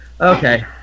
Okay